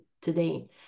today